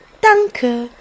Danke